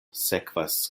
sekvas